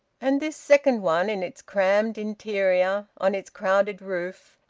and this second one, in its crammed interior, on its crowded roof,